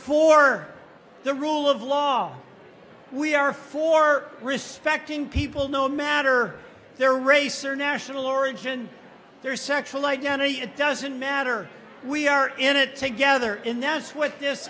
for the rule of law we are for respect in people no matter their race or national origin their sexual identity it doesn't matter we are in it together in that's what this